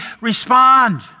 respond